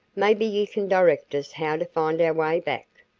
maybe you can direct us how to find our way back.